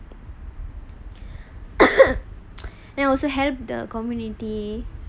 then I also help the community